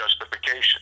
justification